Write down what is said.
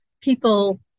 people